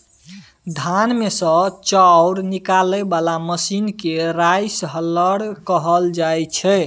धान मे सँ चाउर निकालय बला मशीन केँ राइस हलर कहल जाइ छै